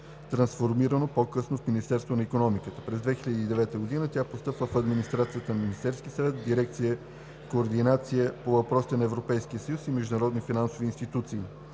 трансформирано по-късно в Министерство на икономиката. През 2009 г. тя постъпва в администрацията на Министерския съвет, в дирекция „Координация по въпросите на Европейския съюз и международни финансови институции“.